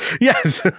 Yes